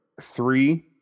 three